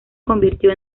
convirtió